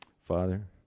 Father